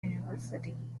university